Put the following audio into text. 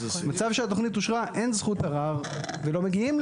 מצב שהתכנית אושרה אין זכות ערר ולא מגיעים,